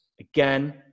again